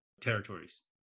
territories